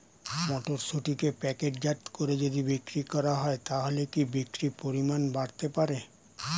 মটরশুটিকে প্যাকেটজাত করে যদি বিক্রি করা হয় তাহলে কি বিক্রি পরিমাণ বাড়তে পারে?